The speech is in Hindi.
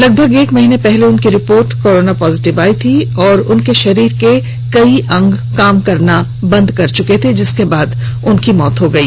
लगभग एक महीने पहले उनकी रिपोर्ट कोरोना पॉजिटिव आई थी और उनके शरीर के कई अंग काम करना बंद कर चुके थे जिसके बाद उनकी मौत हो गई